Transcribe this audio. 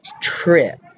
trip